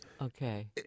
Okay